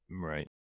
Right